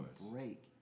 break